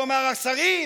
כלומר השרים,